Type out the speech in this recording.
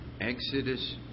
Exodus